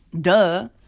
duh